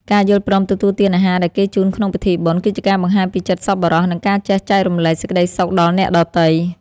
ការយល់ព្រមទទួលទានអាហារដែលគេជូនក្នុងពិធីបុណ្យ គឺជាការបង្ហាញពីចិត្តសប្បុរស និងការចេះចែករំលែកសេចក្តីសុខដល់អ្នកដទៃ។